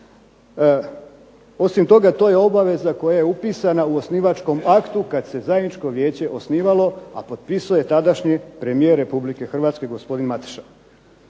Osim toga to je obaveza koja je upisana u osnivačkom aktu kada se zajedničko Vijeće osnivalo a potpisuje tadašnji premijer Republike Hrvatske gospodin Mateša.